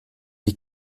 die